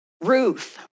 Ruth